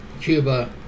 cuba